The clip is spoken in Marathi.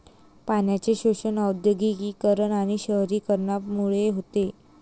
पाण्याचे शोषण औद्योगिकीकरण आणि शहरीकरणामुळे होते